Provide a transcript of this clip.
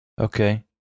Okay